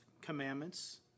commandments